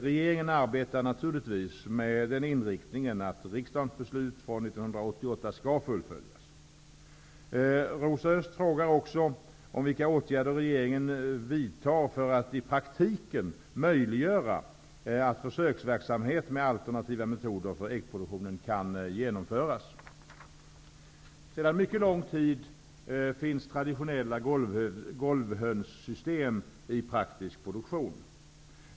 Regeringen arbetar naturligtvis med den inriktningen att riksdagens beslut från 1988 skall fullföljas. Sedan mycket lång tid finns traditionella golvhönssystem i praktisk produktion.